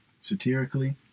satirically